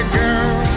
girl